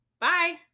Bye